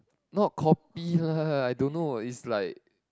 not copy lah I don't know is like